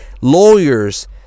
Lawyers